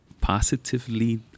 positively